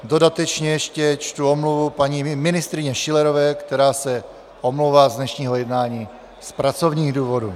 Dodatečně ještě čtu omluvu paní ministryně Schillerové, která se omlouvá z dnešního jednání z pracovních důvodů.